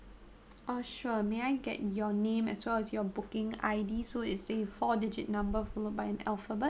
oh sure may I get your name as well as your booking I_D so is a four digit number followed by an alphabet